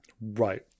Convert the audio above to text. Right